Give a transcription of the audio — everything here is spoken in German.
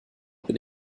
bin